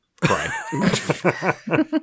cry